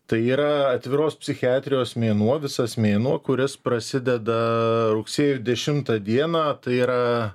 tai yra atviros psichiatrijos mėnuo visas mėnuo kuris prasideda rugsėjo dešimtą dieną tai yra